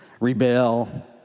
rebel